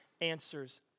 answers